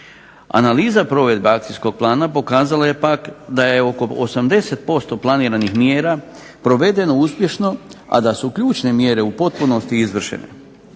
Analiza provedbe akcijskog plana pokazala je pak da je oko 80% planiranih mjera provedeno uspješno, a da su ključne mjere u potpunosti izvršene.